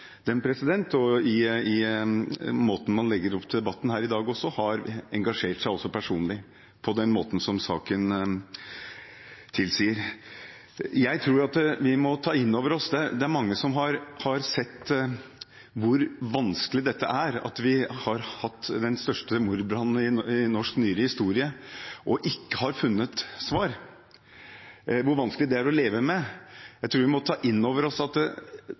og i måten man legger opp debatten her i dag – har engasjert seg personlig, på den måten som saken tilsier. Jeg tror vi må ta inn over oss at det er mange som har sett hvor vanskelig det er at vi har hatt den største mordbrannen i nyere norsk historie og ikke funnet svar, og hvor vanskelig det er å leve med. Vi må ta inn over oss at